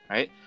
Right